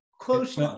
Close